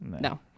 No